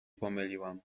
pomyliłam